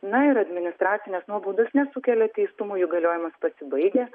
na ir administracinės nuobaudos nesukelia teistumo jų galiojimas pasibaigia